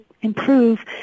improve